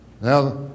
Now